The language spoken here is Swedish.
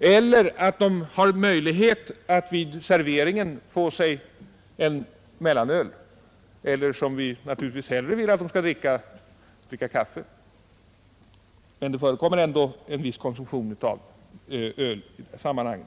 eller att de har möjlighet att vid serveringen få sig en mellanöl. Vi vill naturligtvis hellre att de skall dricka kaffe, men det förekommer ändå en viss konsumtion av öl i sammanhanget.